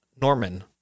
Norman